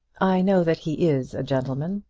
i know that he is a gentleman,